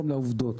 גם לעובדות.